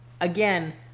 again